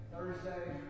Thursday